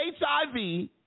HIV